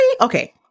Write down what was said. okay